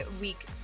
week